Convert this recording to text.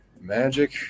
Magic